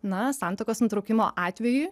na santuokos nutraukimo atveju